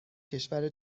کشور